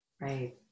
right